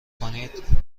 کنید